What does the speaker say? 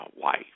wife